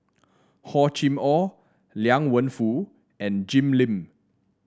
Hor Chim Or Liang Wenfu and Jim Lim